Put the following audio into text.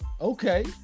Okay